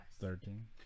Thirteen